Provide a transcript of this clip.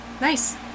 Nice